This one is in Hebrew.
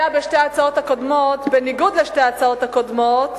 בניגוד לשתי ההצעות הקודמות